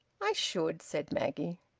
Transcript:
i should, said maggie.